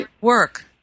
work